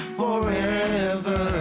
forever